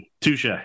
Touche